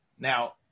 Now